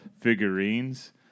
figurines